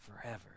forever